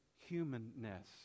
humanness